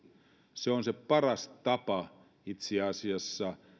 se on se paras tapa itse asiassa